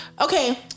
Okay